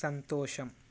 సంతోషం